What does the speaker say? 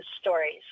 stories